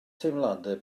teimladau